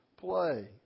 play